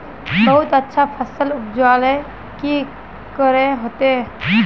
बहुत अच्छा फसल उपजावेले की करे होते?